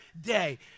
day